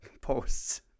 posts